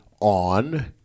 on